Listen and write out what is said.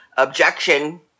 Objection